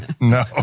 No